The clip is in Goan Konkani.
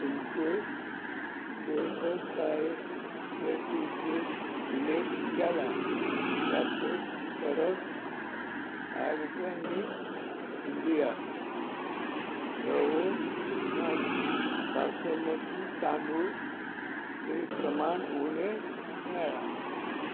तुमचे वेबसायटीचेर उल्लेख केला ताचें परस आर्गनीक इंडिया धवो बा बसमतीची तांदूळ थंय प्रमाण उणें मेळ्ळां